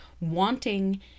wanting